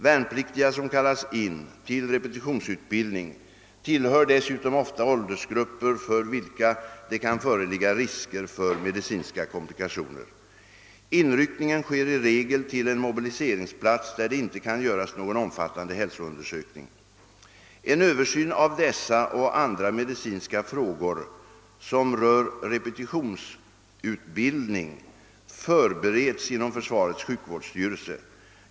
Värnpliktiga som kallas in till repetitionsutbildning tillhör dessutom ofta åldersgrupper för vilka det kan föreligga risker för medicinska komplikationer. Inryckningen sker i regel till en mobiliseringsplats där det inte kan göras någon omfattande hälsoundersökning. En översyn av dessa och andra medicinska frågor som rör repetitionsutbildning förbereds inom försvarets sjukvårdsstyrelse.